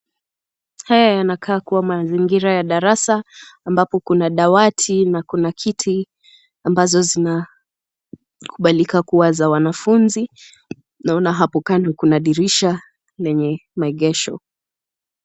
Haya yanakaa kuwa mazingira ya darasa ambapo kuna dawati na kuna kiti ambazo zinakubalika kuwa za wanafunzi. Naona hapo kando kuna dirisha lenye maegesho.